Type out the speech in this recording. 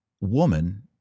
woman